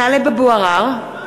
(קוראת בשמות חברי הכנסת) טלב אבו עראר,